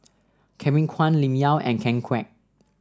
Kevin Kwan Lim Yau and Ken Kwek